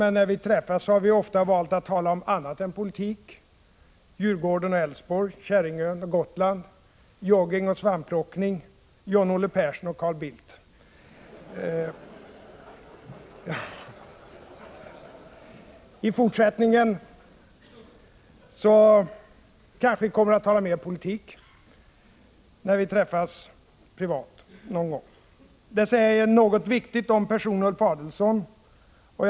Men när vi träffades har vi ofta valt att tala om annat än politik: Djurgården och Elfsborg, Käringön och Gotland, jogging och svampplockning, John-Olle Persson och Carl Bildt. I fortsättningen kanske vi kommer att tala mer politik när vi träffas privat någon gång. Detta säger något viktigt om personen Ulf Adelsohn.